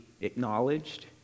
acknowledged